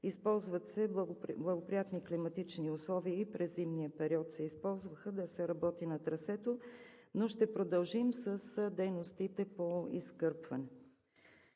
Използват се благоприятни климатични условия и през зимния период се използваха да се работи на трасето, но ще продължим със дейностите по изкърпване.